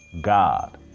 God